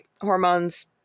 hormones